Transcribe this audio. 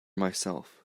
myself